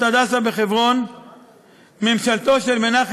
מה זה